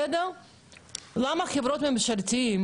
למה חברות ממשלתיות,